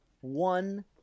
One